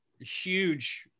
huge